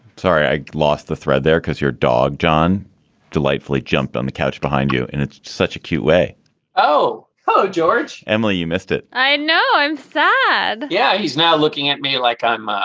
sorry i lost the thread there because your dog john delightfully jumped on the couch behind you and it's such a cute way oh ho, george. emily, you missed it. i know. i'm sad sad yeah. he's now looking at me like i'm ah